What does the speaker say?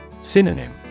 Synonym